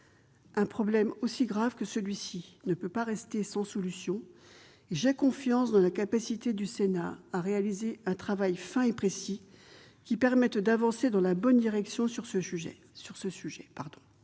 Un problème aussi grave que celui-ci ne peut pas rester sans solution, et j'ai confiance dans la capacité du Sénat à réaliser un travail fin et précis, qui permette d'avancer dans la bonne direction sur ce sujet.